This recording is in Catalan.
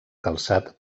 calçat